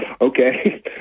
okay